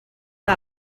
que